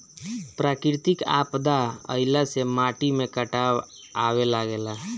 प्राकृतिक आपदा आइला से माटी में कटाव आवे लागेला